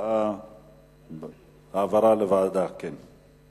ההצעה להעביר את הנושא לוועדת החינוך, התרבות